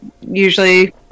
usually